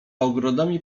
ogrodami